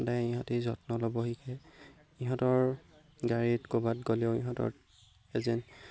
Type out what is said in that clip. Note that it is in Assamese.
সদায় ইহঁতি যত্ন ল'ব শিকে ইহঁতৰ গাড়ীত ক'ৰবাত গ'লেও ইহঁতৰ এজেণ্ট